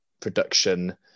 production